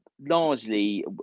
largely